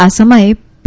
આ સમયે પી